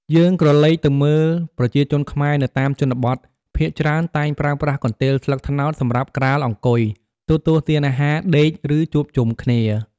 យើងក្រឡេកទៅមើល ប្រជាជនខ្មែរនៅតាមជនបទ ភាគច្រើនតែងប្រើប្រាស់កន្ទេលស្លឹកត្នោតសម្រាប់ក្រាលអង្គុយ ទទួលទានអាហារ ដេក ឬជួបជុំគ្នា។